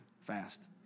fast